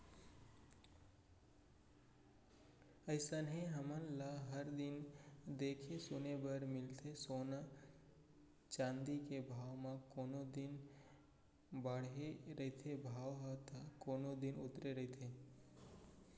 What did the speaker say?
अइसने हमन ल हर दिन देखे सुने बर मिलथे सोना चाँदी के भाव म कोनो दिन बाड़हे रहिथे भाव ह ता कोनो दिन उतरे रहिथे